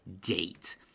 date